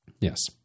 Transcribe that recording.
Yes